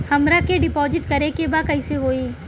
हमरा के डिपाजिट करे के बा कईसे होई?